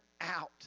out